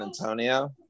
Antonio